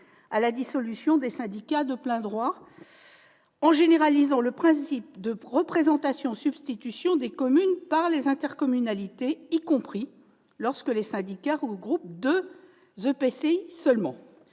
à la dissolution de syndicats de plein droit, en généralisant le principe de représentation-substitution des communes par les intercommunalités, y compris lorsque les syndicats regroupent deux EPCI seulement.